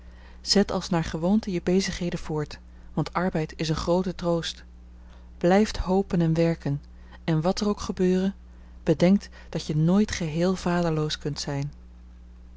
zet als naar gewoonte je bezigheden voort want arbeid is een groote troost blijft hopen en werken en wat er ook gebeure bedenkt dat je nooit geheel vaderloos kunt zijn